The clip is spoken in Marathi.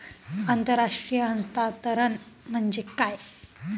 आंतरराष्ट्रीय हस्तांतरण म्हणजे काय?